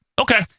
okay